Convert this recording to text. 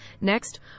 Next